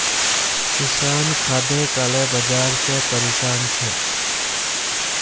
किसान खादेर काला बाजारी से परेशान छे